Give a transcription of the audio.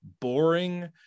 boring